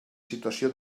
situació